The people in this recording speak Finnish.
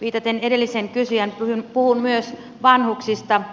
viitaten edelliseen kysyjään puhun myös vanhuksista